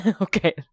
Okay